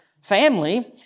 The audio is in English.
family